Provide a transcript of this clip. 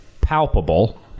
palpable